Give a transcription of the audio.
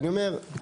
אני אומר,